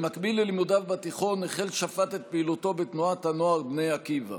במקביל ללימודיו בתיכון החל שפט את פעילותו בתנועת הנוער בני עקיבא.